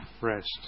rest